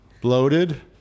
bloated